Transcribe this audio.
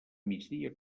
migdia